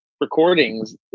recordings